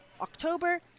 october